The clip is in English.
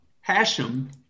Hashem